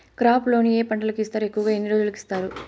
crop loan ఏ పంటలకు ఇస్తారు ఎక్కువగా ఎన్ని రోజులకి ఇస్తారు